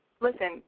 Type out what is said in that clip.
Listen